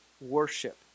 Worship